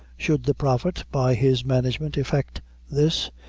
should the prophet, by his management, effect this,